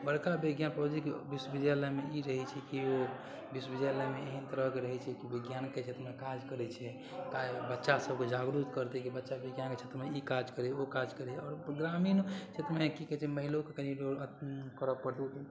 बड़का विज्ञान प्रोजेक्ट विश्वविद्यालयमे ई रहै छै कि ओ विश्वविद्यालयमे एहन तरहके रहै छै कि विज्ञानके क्षेत्रमे काज करै छै बच्चा सबके जागरूक करतै की बच्चा विज्ञानके क्षेत्रमे ई काज करय ओ काज करय आओर ग्रामीण क्षेत्रमे की कहै छै महिलोके कनी करऽ पड़त